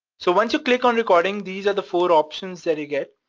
so once you click on recording, these are the four options that you get,